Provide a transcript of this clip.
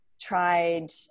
tried